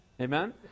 amen